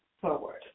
forward